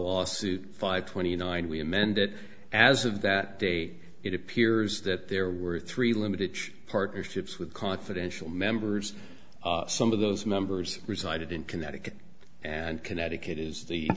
lawsuit five twenty nine we amend it as of that date it appears that there were three limited partnerships with confidential members some of those members resided in connecticut and connecticut is the